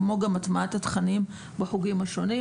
כמו גם הטמעת התכנים בחוגים השונים.